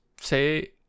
say